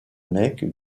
mecque